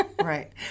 Right